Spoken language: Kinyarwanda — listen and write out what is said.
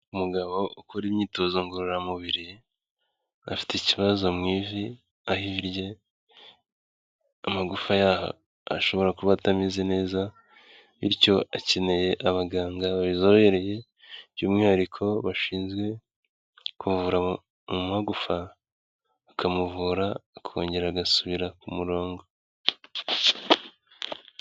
Umugabo ukora imyitozo ngororamubiri, afite ikibazo mu ivi, aho irye amagufa ashobora kuba atameze neza, bityo akeneye abaganga bazobereye by'umwihariko bashinzwe kuvura mu magufa, bakamuvura akongera agasubira ku murongo